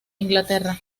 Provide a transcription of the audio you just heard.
inglaterra